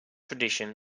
tradition